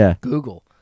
Google